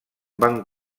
van